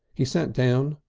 he sat down,